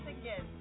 again